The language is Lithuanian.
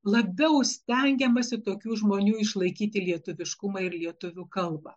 labiau stengiamasi tokių žmonių išlaikyti lietuviškumą ir lietuvių kalbą